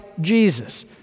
Jesus